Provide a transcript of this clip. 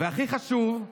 והכי חשוב,